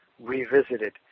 Revisited